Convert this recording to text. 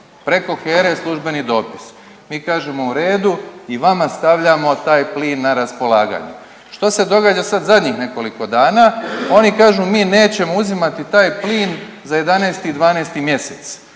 Preko HERA-e službeni dopis. Mi kažemo u redu i vama stavljamo taj plin na raspolaganje. Što se događa sad zadnjih nekoliko dana? Oni kažu mi nećemo uzimati taj plin za 11 i 12 mjesec,